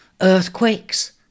Earthquakes